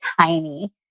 tiny